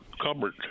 cupboard